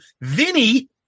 Vinny